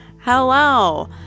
Hello